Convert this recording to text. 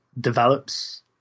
develops